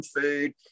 food